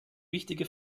wichtige